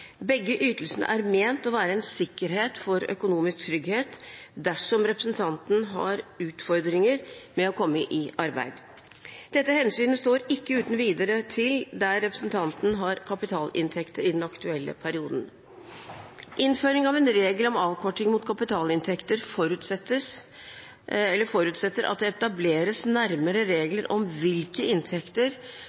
Begge ytelsene er ment å være en sikkerhet for økonomisk trygghet dersom representanten har utfordringer med å komme i arbeid. Dette hensynet står ikke uten videre til det at representanten har kapitalinntekter i den aktuelle perioden. Innføring av en regel om avkorting mot kapitalinntekter forutsetter at det etableres nærmere regler om hvilke inntekter